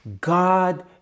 God